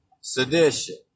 sedition